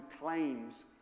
claims